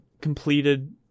completed